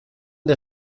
der